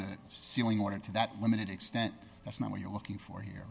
that ceiling or into that limited extent that's not what you're looking for here